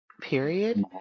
period